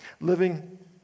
living